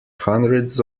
hundreds